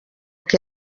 que